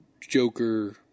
Joker